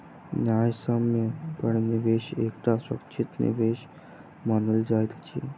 न्यायसम्य पर निवेश एकटा सुरक्षित निवेश मानल जाइत अछि